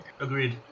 Agreed